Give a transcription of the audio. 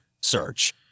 Search